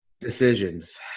decisions